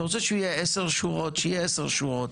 אתה רוצה שהוא יהיה עשר שורות הוא יהיה עשר שורות,